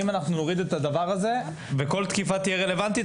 אם אנחנו נוריד את הדבר הזה וכל תקיפה תהיה רלוונטית,